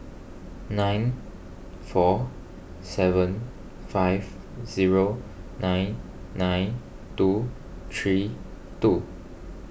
seven four seven five zero nine nine two three two